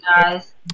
guys